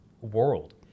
world